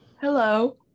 Hello